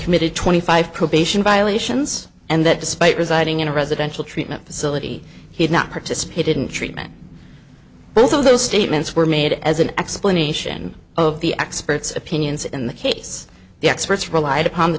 committed twenty five probation violations and that despite residing in a residential treatment facility he had not participated in treatment both of those statements were made as an explanation of the experts opinions in the case the experts relied upon the